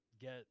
get